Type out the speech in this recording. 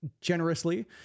generously